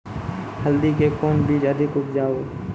हल्दी के कौन बीज अधिक उपजाऊ?